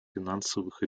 финансовых